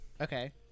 Okay